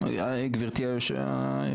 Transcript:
גברתי היועצת?